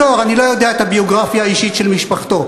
אני לא יודע את הביוגרפיה האישית של משפחתו,